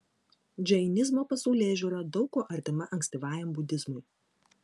džainizmo pasaulėžiūra daug kuo artima ankstyvajam budizmui